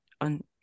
on